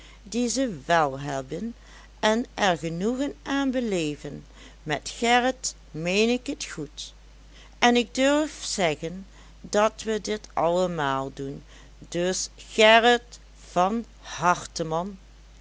die ze wèl hebben en er genoegen aan beleven met gerrit meen ik het goed en ik durf zeggen dat we dit allemaal doen dus gerrit van harte man